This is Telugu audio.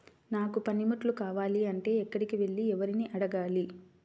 నాకు పనిముట్లు కావాలి అంటే ఎక్కడికి వెళ్లి ఎవరిని ఏమి అడగాలి?